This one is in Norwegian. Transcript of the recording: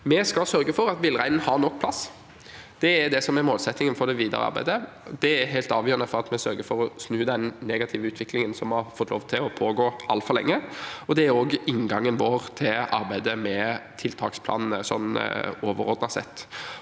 Vi skal sørge for at villreinen har nok plass. Det er det som er målsettingen for det videre arbeidet. Det er helt avgjørende for å sørge for å snu den negative utviklingen som har fått lov til å pågå altfor lenge, og det er også inngangen vår til arbeidet med tiltaksplanene overordnet sett.